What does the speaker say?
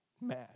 mad